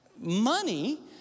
money